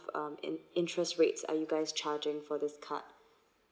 um in interest rates are you guys charging for this card